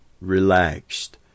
relaxed